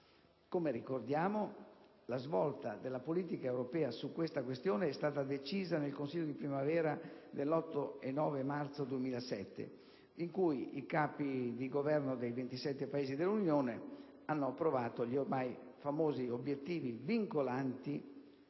Come ricordiamo, la svolta della politica europea su questa questione è stata decisa nel Consiglio di primavera dell'8 e 9 marzo del 2007, in cui i Capi di Governo dei 27 Paesi dell'Unione hanno approvato gli ormai famosi obiettivi vincolanti